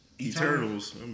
Eternals